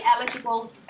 eligible